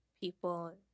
people